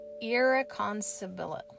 irreconcilable